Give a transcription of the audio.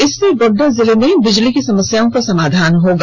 इससे गोड्डा जिले में बिजली की समस्याओं का समाधान होगा